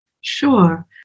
Sure